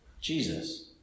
Jesus